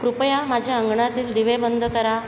कृपया माझ्या अंगणातील दिवे बंद करा